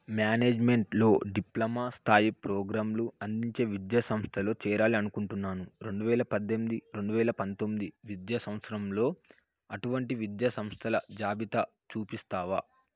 మేనేజ్మెంట్లో డిప్లొమా స్థాయి ప్రోగ్రాంలు అందించే విద్యా సంస్థలో చేరాలి అనుకుంటున్నాను రెండువేల పద్దెనిమిది రెండువేల పంతొమ్మిది విద్యా సంవత్సరంలో అటువంటి విద్యా సంస్థల జాబితా చూపిస్తావా